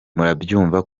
murabyumva